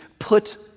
Put